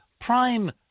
prime